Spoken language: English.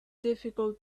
difficult